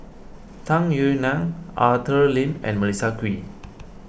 Tung Yue Nang Arthur Lim and Melissa Kwee